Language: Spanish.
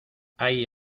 hay